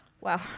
Wow